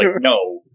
No